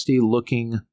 looking